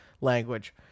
language